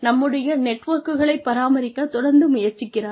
நம்முடைய நெட்வொர்க்குகளை பராமரிக்க தொடர்ந்து முயற்சிக்கிறார்கள்